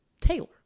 Taylor